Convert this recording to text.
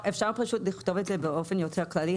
אפשר פשוט לכתוב את זה באופן יותר כללי,